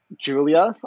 Julia